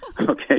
okay